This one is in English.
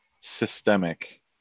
systemic